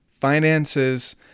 finances